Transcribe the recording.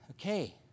Okay